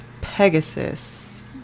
pegasus